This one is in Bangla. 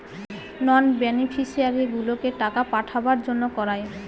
নন বেনিফিশিয়ারিগুলোকে টাকা পাঠাবার জন্য করায়